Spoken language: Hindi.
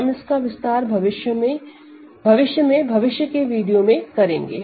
हम इसका विस्तार भविष्य में भविष्य के वीडियो में करेंगे